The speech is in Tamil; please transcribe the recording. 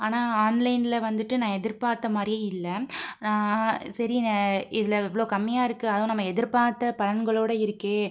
ஆனால் ஆன்லைன்ல வந்துட்டு நான் எதிர்பார்த்த மாதிரியே இல்லை நான் சரி நான் இதில் இவ்வளோ கம்மியாக இருக்குது அதுவும் நம்ம எதிர்பார்த்த பலன்களோட இருக்கே